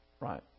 right